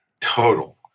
Total